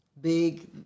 big